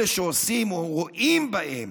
אלה שרואים בהן